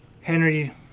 Henry